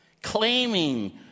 Claiming